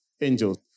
angels